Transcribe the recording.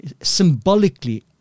Symbolically